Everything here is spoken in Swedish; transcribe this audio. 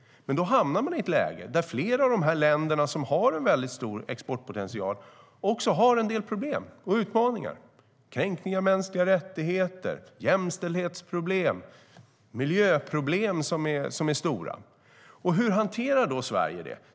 Men då hamnar man i ett läge där flera av de länder som har en väldigt stor exportpotential också har en del problem och utmaningar: kränkningar av mänskliga rättigheter, jämställdhetsproblem och stora miljöproblem. Hur hanterar Sverige detta?